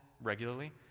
regularly